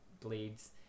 bleeds